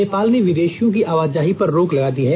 नेपाल ने विदेषियों की आवाजाही पर रोक लगा दी है